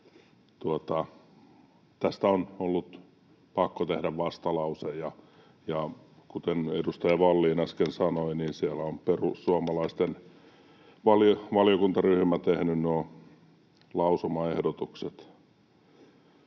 tästä on ollut pakko tehdä vastalause. Kuten edustaja Vallin äsken sanoi, siellä on perussuomalaisten valiokuntaryhmä tehnyt nuo lausumaehdotukset.